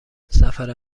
سفر